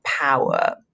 power